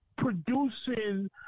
producing